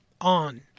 on